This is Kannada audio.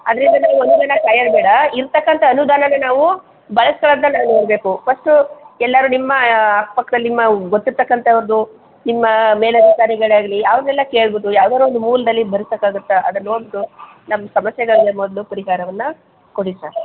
ಆದ್ದರಿಂದ ನೀವು ಅನುದಾನನ ಕಾಯೋದು ಬೇಡ ಇರತಕ್ಕಂಥ ಅನುದಾನನೇ ನಾವು ಬಳಸ್ಕಳದ್ನ ನಾವು ನೋಡಬೇಕು ಪಸ್ಟು ಎಲ್ಲಾದ್ರು ನಿಮ್ಮ ಅಕ್ಕಪಕ್ಕದಲ್ಲಿ ನಿಮ್ಮ ಗೊತ್ತಿರತಕ್ಕಂಥ ಒಂದು ನಿಮ್ಮ ಮೇಲಧಿಕಾರಿಗಳೇ ಆಗಲಿ ಅವರನ್ನೆಲ್ಲ ಕೇಳ್ಬೋದು ಯಾವ್ದಾದ್ರೂ ಒಂದು ಮೂಲದಲ್ಲಿ ಬರ್ಸೋಕ್ಕಾಗುತ್ತ ಅದ್ನ ನೋಡ್ಬಿಟ್ಟು ನಮ್ಮ ಸಮಸ್ಯೆಗಳಿಗೆ ಮೊದಲು ಪರಿಹಾರವನ್ನು ಕೊಡಿ ಸರ್